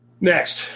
Next